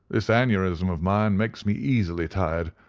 this aneurism of mine makes me easily tired,